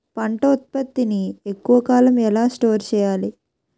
పంట ఉత్పత్తి ని ఎక్కువ కాలం ఎలా స్టోర్ చేయాలి?